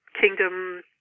kingdom